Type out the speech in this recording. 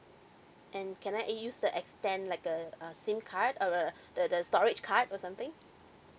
and can I use the extend like a uh SIM card or the the storage card or something